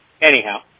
Anyhow